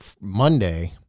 Monday